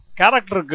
character